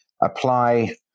apply